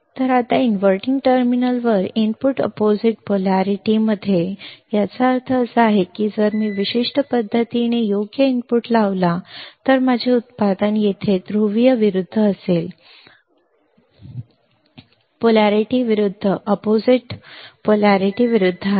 आता इनव्हर्टिंग टर्मिनलवर input opposite polarity उलट ध्रुवीय मध्ये आहे याचा अर्थ असा की जर मी या विशिष्ट पद्धतीने योग्य इनपुट लावला तर माझे उत्पादन येथे ध्रुवीय विरुद्ध असेल ध्रुवीयता विरुद्ध आहे